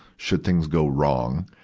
should things go wrong.